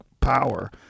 power